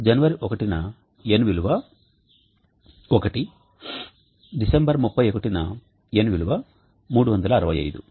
జనవరి 1 న N విలువ 1 December 31న N విలువ 365